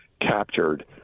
captured